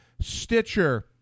stitcher